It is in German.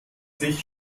sich